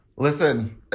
Listen